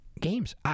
games